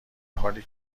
حالی